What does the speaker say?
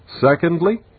Secondly